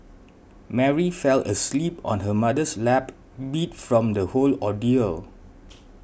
Mary fell asleep on her mother's lap beat from the whole ordeal